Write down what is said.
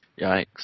Yikes